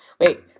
Wait